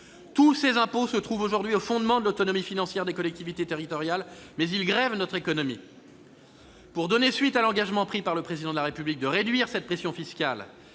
Tous ces impôts se trouvent aujourd'hui au fondement de l'autonomie financière des collectivités territoriales, mais ils grèvent notre économie. Pour donner suite à l'engagement pris par le Président de la République de réduire cette pression fiscale